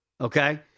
okay